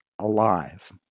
Alive